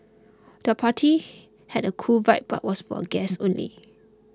the party had a cool vibe but was for guests only